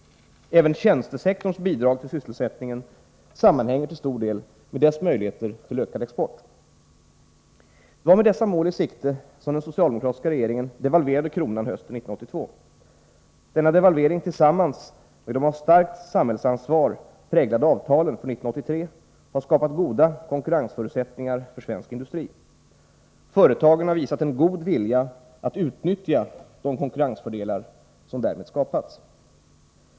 Även tjänstesektorns bidrag till sysselsättningen sammanhänger till stor del med dess möjligheter till ökad export. Det var med dessa mål i sikte som den socialdemokratiska regeringen devalverade kronan hösten 1982. Denna devalvering, tillsammans med de av starkt samhällsansvar präglade avtalen för 1983, har skapat goda konkurrensförutsättningar för svensk industri. Företagen har visat en god vilja att utnyttja de konkurrensfördelar som därmed skapats.